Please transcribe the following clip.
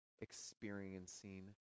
experiencing